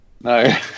no